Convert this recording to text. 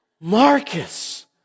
Marcus